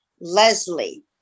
Leslie